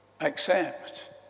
accept